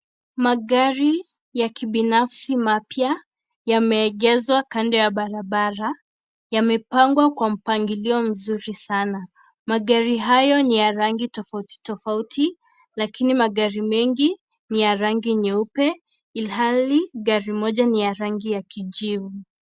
Magari ya kibinafsi mapya yameegeshwa kando barabara, yamepangwa kwa mpangilio mzuri sana. Magari hayo ni ya rangi tofauti tofauti lakini magari mengi ni ya rangi ya nyeupe ilhali gari moja ni ya rangi ya kijivu.